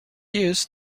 use